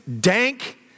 dank